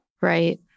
Right